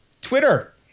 Twitter